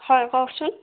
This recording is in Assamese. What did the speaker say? হয় কওকচোন